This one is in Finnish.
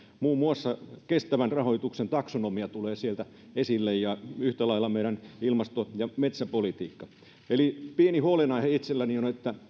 muun muassa kestävän rahoituksen taksonomia tulee sieltä esille ja yhtä lailla meidän ilmasto ja metsäpolitiikka pieni huolenaihe itselläni on on